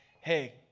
hey